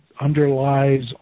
underlies